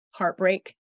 Heartbreak